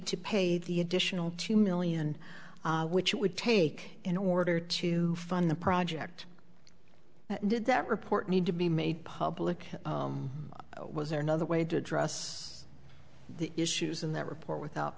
to pay the additional two million which would take in order to fund the project did that report need to be made public was there another way to address the issues in that report without